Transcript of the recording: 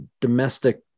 domestic